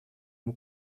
ему